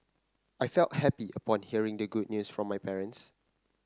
I felt happy upon hearing the good news from my parents